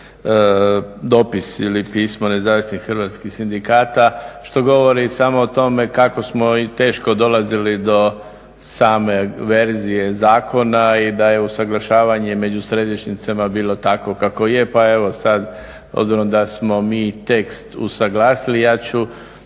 hrvatskih sindikata što govori samo o tome kako smo i teško dolazili do same verzije zakona i da je usuglašavanje među središnjicama bilo tako kako je pa evo sad obzirom da smo mi tekst usuglasili ja ću